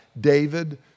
David